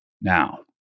Now